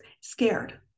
scared